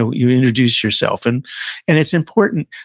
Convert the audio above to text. ah you introduce yourself. and and it's important.